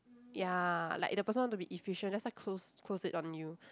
ya like the person want to be efficient that's why close close it on you